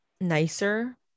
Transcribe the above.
nicer